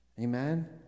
Amen